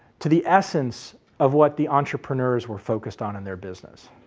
to the essence of what the entrepreneurs were focused on in their business.